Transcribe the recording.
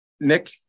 Nick